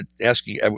asking